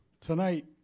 tonight